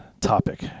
topic